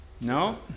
No